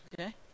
Okay